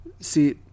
See